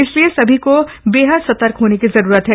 इसलिए सभी को बेहद सर्तक होने की जरूरत है